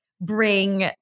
bring